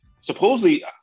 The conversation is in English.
supposedly –